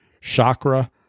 Chakra